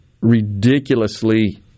ridiculously